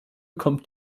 kommt